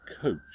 coach